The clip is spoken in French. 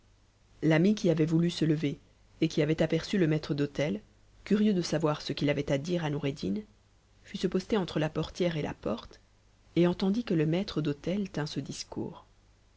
l'ami qui avait voulu se lever et qui avait aperçu le maître d'hotei curieux de savoir ce qu'il avait à dire à noureddin fut se poster entre b portière et la porte et entendit que le maître d'hôtel tint ce discours